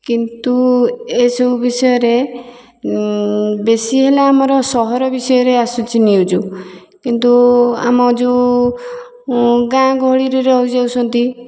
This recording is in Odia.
କିନ୍ତୁ ସବୁ ବିଷୟରେ ବେଶି ହେଲା ଆମର ସହର ବିଷୟରେ ଆସୁଛି ନିଉଜ୍ କିନ୍ତୁ ଆମର ଯେଉଁ ଗାଁ ଗହଳିରେ ରହି ଯାଉଛନ୍ତି